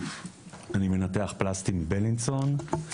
ואני רופא מנתח פלסטי בבית החולים ׳בילינסון׳.